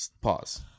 Pause